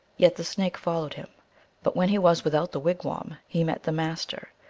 yet the snake followed him but when he was without the wigwam he met the master,